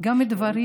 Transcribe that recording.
גם דברים